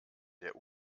der